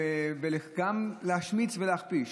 ולהציק וגם להשמיץ ולהכפיש